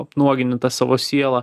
apnuogini tą savo sielą